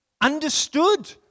understood